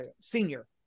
senior